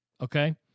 Okay